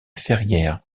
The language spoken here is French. ferrières